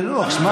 תנוח.